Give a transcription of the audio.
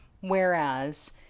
Whereas